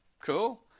Cool